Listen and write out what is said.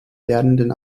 lernenden